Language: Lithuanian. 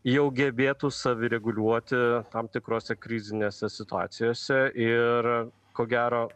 jau gebėtų savireguliuoti tam tikrose krizinėse situacijose ir a ko gero